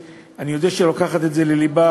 ואני יודע שהיא לוקחת את זה ללבה,